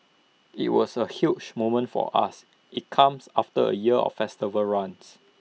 IT was A huge moment for us IT comes after A year of festival runs